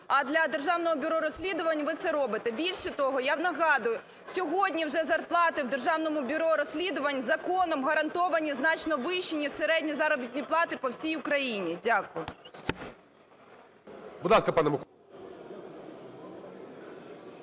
а для Державного бюро розслідувань ви це робите. Більше того, я нагадую, сьогодні вже зарплати в Державному бюро розслідувань законом гарантовані значно вищі, ніж середні заробітні плати по всій Україні. Дякую.